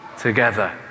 together